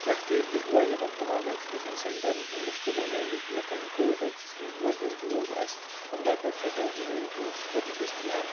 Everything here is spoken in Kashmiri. کیٛاہ تُہۍ ہیٚکوا یِمَن تمام ویٚکسِنیٚشن سیٚنٹرن ہٕنٛدۍ لسٹہٕ بنٲیِتھ ییٚتیٚن کوٚو ویٚکسیٖن گۄڈٕنیٛک ڈوز آسہِ پنٛداہ پٮ۪ٹھ سداہ وُہُرۍ وٲنٛسہِ خٲطرٕ دستِیاب